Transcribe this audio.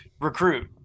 recruit